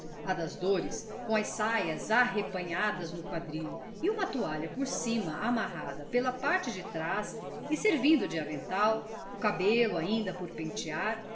das dores com as saias arrepanhadas no quadril e uma toalha por cima amarrada pela parte de trás e servindo de avental o cabelo ainda por pentear